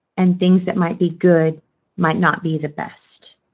and things that might be good might not be the best.